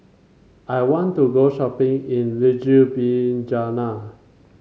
I want to go shopping in Ljubljana